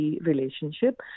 relationship